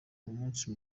umunsi